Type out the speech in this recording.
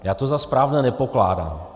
Já to za správné nepokládám.